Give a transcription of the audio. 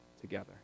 together